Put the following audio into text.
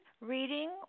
reading